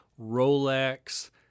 Rolex